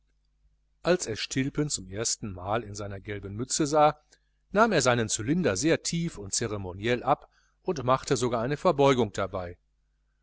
als er stilpen zum ersten mal in seiner gelben mütze sah nahm er seinen cylinder sehr tief und zeremoniell ab und machte sogar eine verbeugung dabei